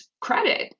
credit